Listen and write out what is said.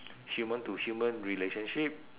human to human relationship